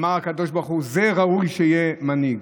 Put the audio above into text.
אמר הקדוש ברוך הוא: זה ראוי שיהיה מנהיג.